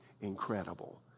incredible